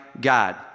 God